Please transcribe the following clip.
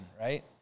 Right